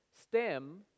stem